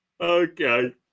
Okay